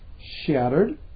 shattered